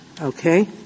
Okay